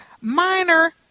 minor